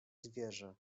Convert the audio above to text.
zwierzę